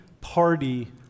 party